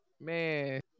Man